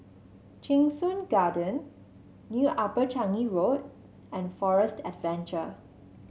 Cheng Soon Garden New Upper Changi Road and Forest Adventure